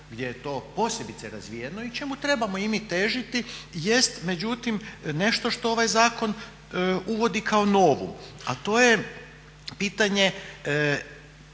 gdje je to posebice razvijeno i čemu trebamo i mi težiti jest međutim nešto što ovaj zakon uvodi kao novum. A to je pitanje